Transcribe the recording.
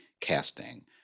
casting